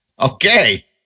Okay